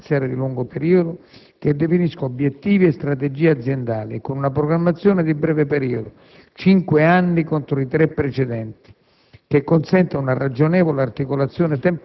Essa sarà accompagnata da un piano economico finanziario di lungo periodo che definisca obiettivi e strategie aziendali e con una programmazione di breve periodo, cinque anni contro i tre precedenti,